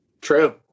True